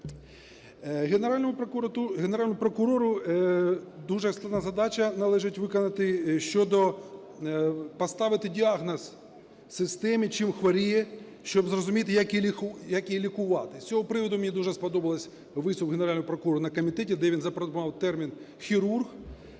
Генеральному прокурору дуже складна задача належить виконати щодо… поставити діагноз системі чим хворіє, щоб зрозуміти як її лікувати? З цього приводу мені дуже сподобався виступ Генерального прокурора на комітеті, де він запропонував термін "хірург"